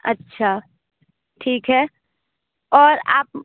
अच्छा ठीक है और आप